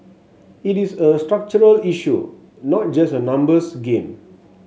it is a structural issue not just a numbers game